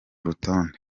rutonde